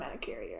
carrier